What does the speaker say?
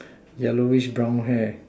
yellowish brown hair